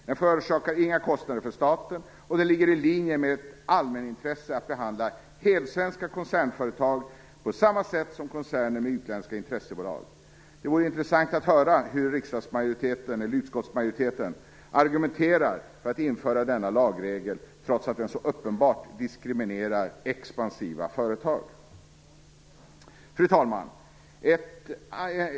Den förorsakar inga kostnader för staten och den ligger i linje med ett allmänintresse att behandla helsvenska koncernföretag på samma sätt som koncerner med utländska intressebolag. Det vore intressant att höra hur utskottsmajoriteten argumenterar för att införa denna lagregel, trots att den så uppenbart diskriminerar expansiva företag. Fru talman!